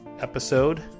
episode